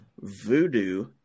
Voodoo